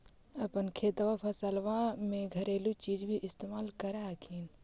अपने खेतबा फसल्बा मे घरेलू चीज भी इस्तेमल कर हखिन?